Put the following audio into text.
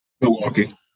Milwaukee